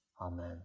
Amen